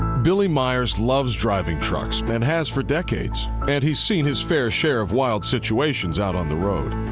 dilley myers loves driving trucks but and has for decades. but he's seen his fair share of wild situations out on the road.